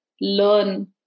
learn